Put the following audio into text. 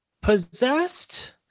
possessed